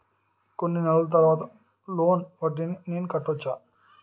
కొన్ని నెలల తర్వాత లోన్ వడ్డీని నేను కట్టవచ్చా?